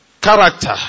Character